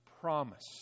promise